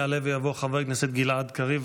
יעלה ויבוא חבר הכנסת גלעד קריב,